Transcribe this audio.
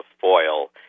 foil